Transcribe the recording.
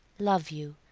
love you,